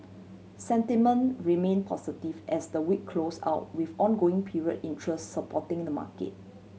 sentiment remain positive as the week close out with ongoing period interest supporting the market